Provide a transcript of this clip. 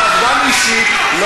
בפעם הראשונה.